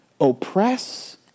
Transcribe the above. oppress